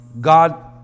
God